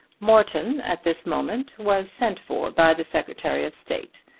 morton at this moment was sent for by the secretary of state,